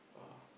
ah